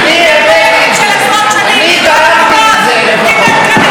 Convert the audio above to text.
אני הבאתי את זה, אני גרמתי לזה לפחות.